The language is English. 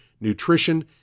nutrition